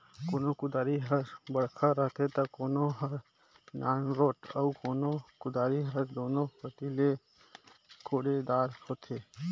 कोनो कुदारी हर बड़खा रहथे ता कोनो हर नानरोट अउ कोनो कुदारी हर दुनो कती ले कोड़े दार होथे